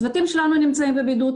צוותים שלנו נמצאים בבידוד,